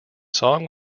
song